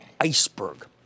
iceberg